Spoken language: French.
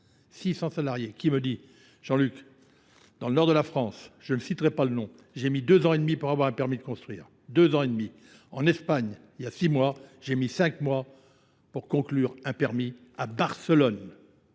600 salariés, qui me dit Jean-Luc, dans le nord de la France, je ne citerai pas le nom, j'ai mis deux ans et demi pour avoir un permis de construire, deux ans et demi. En Espagne, il y a six mois, j'ai mis cinq mois pour conclure un permis à Barcelone.